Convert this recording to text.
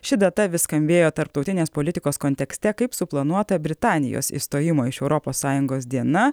ši data vis skambėjo tarptautinės politikos kontekste kaip suplanuota britanijos išstojimo iš europos sąjungos diena